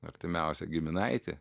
artimiausią giminaitį